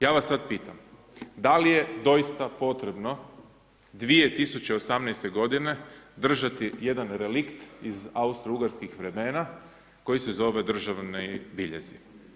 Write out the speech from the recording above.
Ja vas sada pitam, da li je doista potrebno 2018. g. držati jedan relikt iz Austro ugarskih vremena koji se zove državni biljezi?